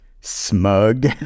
smug